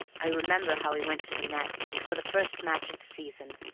i remember how he went to the nets, before the first match of the season,